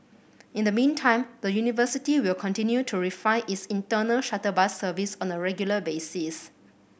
in the meantime the university will continue to refine its internal shuttle bus service on a regular basis